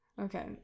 Okay